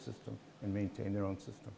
system and maintain their own system